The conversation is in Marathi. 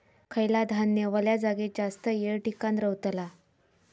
खयला धान्य वल्या जागेत जास्त येळ टिकान रवतला?